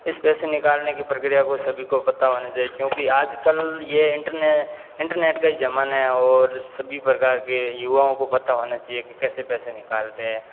इस पैसे निकालने की प्रक्रिया को सभी को पता होना चाहिए क्योंकि आजकल ये इंटरनेट का ही जमाना है और सभी प्रकार के युवाओं को पता होना चाहिए कि कैसे पैसे निकालते हैं